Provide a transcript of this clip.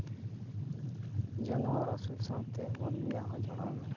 ᱡᱟᱱᱚᱣᱟᱨ ᱟᱹᱥᱩᱞ ᱥᱟᱶᱛᱮ ᱢᱟᱹᱱᱢᱤᱭᱟᱜ ᱦᱚᱸ ᱡᱚᱲᱟᱣ ᱢᱮᱱᱟᱜᱼᱟ